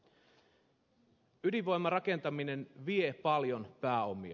ydinvoimalan rakentaminen vie paljon pääomia